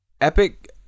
Epic